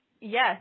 Yes